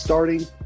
Starting